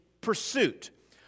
pursuit